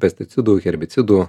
pesticidų herbicidų